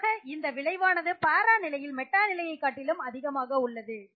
பொதுவாக இந்த விளைவானது பாரா நிலையில் மெட்டா நிலையைக் காட்டிலும் அதிகமாக உள்ளது